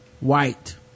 white